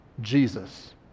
Jesus